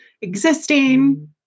existing